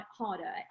harder